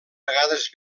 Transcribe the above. vegades